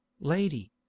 Lady